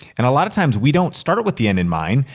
and a lot of times we don't start it with the end in mind.